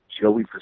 Joey